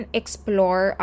explore